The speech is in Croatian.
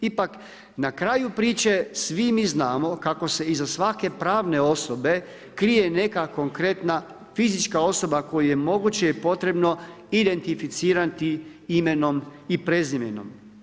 Ipak na kraju priče svi mi znamo kako se iza svake pravne osobe krije neka konkretna fizička osoba koju je moguće i potrebno identificirati imenom i prezimenom.